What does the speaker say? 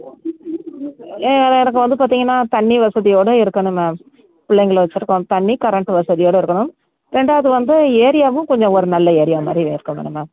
எனக்கு வந்து பார்த்திங்கன்னா தண்ணி வசதியோடு இருக்கணும் மேம் பிள்ளைங்கள வச்சுருக்கோம் தண்ணி கரண்ட்டு வசதியோடு இருக்கணும் ரெண்டாவது வந்து ஏரியாவும் கொஞ்சம் ஒரு நல்ல ஏரியா மாதிரி இருக்கணும் மேம்